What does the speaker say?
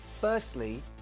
Firstly